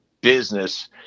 business